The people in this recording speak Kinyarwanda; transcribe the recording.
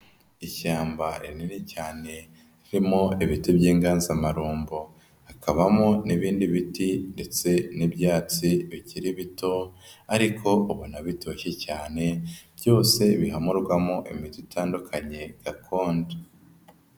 Ishyamba rinini cyane harimo ibiti by'inganzamarumbo, hakabamo n'ibindi biti ndetse n'ibyatsi bikiri bito ariko ubona bitoshye cyane byose bihamurwamo imiti itandukanye gakondo.